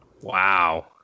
Wow